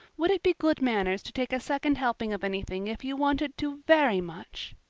would it be good manners to take a second helping of anything if you wanted to very much?